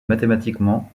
mathématiquement